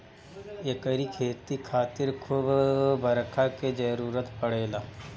एकरी खेती खातिर खूब बरखा के जरुरत पड़ेला